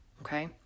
okay